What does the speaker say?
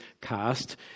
cast